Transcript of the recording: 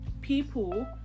People